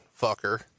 fucker